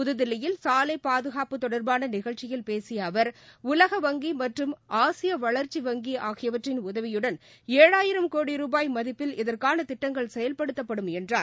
புதுதில்லியில் சாலைபாதுகாப்பு தொடர்பானநிகழ்ச்சியில் பேசியஅவர் உலக வங்கிமற்றும் ஆசியவளர்ச்சி வங்கிஆகியவற்றின் உதவியுடன் ஏழாயிரம் கோடி ரூபாய் மதிப்பில் இதற்கானதிட்டங்கள் செயல்படுத்தப்படும் என்றார்